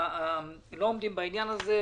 לא עומדים בעניין הזה.